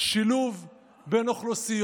שילוב בין אוכלוסיות.